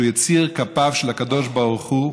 שהוא יציר כפיו של הקדוש-ברוך-הוא,